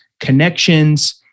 connections